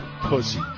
Pussy